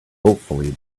hopefully